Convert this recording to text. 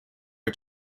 her